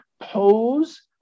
pose